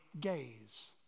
gaze